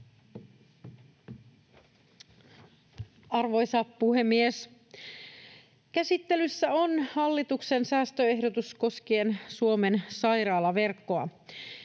Arvoisa puhemies! Käsittelyssä on hallituksen säästöehdotus koskien Suomen sairaalaverkkoa.